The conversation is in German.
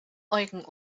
eugen